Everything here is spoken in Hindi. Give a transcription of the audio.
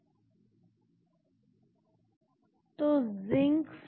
यह एक नई रचना है जोकि एक्टिव साइट के साथ जुड़ रही है